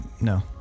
No